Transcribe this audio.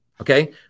okay